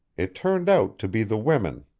it turned out to be the women.